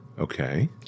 Okay